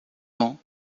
ans